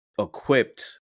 equipped